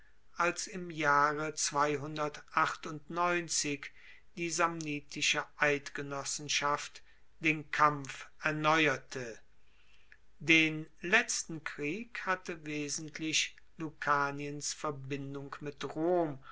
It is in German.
als im jahre die samnitische eidgenossenschaft den kampf erneuerte den letzten krieg hatte wesentlich lucaniens verbindung mit rom